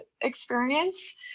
experience